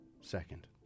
second